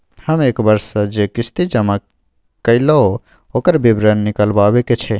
हम एक वर्ष स जे किस्ती जमा कैलौ, ओकर विवरण निकलवाबे के छै?